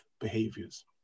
behaviors